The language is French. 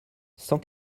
cent